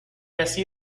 así